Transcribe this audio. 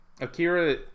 akira